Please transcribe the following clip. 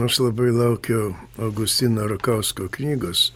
aš labai laukiu augustino rakausko knygos